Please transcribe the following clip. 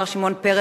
מר שמעון פרס,